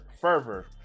fervor